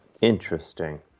Interesting